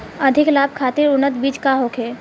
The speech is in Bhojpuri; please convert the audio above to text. अधिक लाभ खातिर उन्नत बीज का होखे?